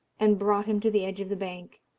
and brought him to the edge of the bank,